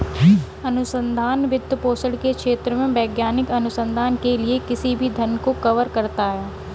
अनुसंधान वित्तपोषण के क्षेत्रों में वैज्ञानिक अनुसंधान के लिए किसी भी धन को कवर करता है